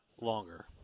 longer